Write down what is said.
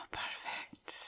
perfect